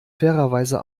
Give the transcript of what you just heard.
fairerweise